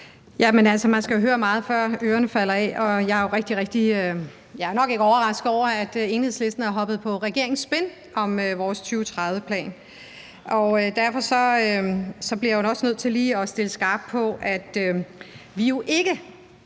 Man skal høre meget, før ørerne falder af, og jeg er jo nok ikke overrasket over, at Enhedslisten er hoppet på regeringens spin om vores 2030-plan. Derfor bliver jeg også nødt til lige at stille skarpt på, at vi jo ikke